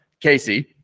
Casey